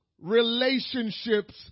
relationships